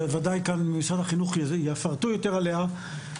וודאי כאן משרד החינוך יפרטו יותר עליה.